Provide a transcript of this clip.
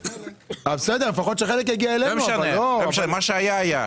מה שהיה, היה.